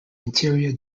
interior